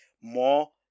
more